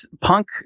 punk